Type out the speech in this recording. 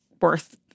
worth